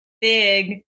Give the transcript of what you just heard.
big